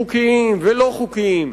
חוקיים ולא חוקיים,